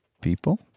People